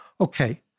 okay